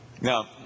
Now